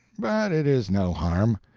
but it is no harm.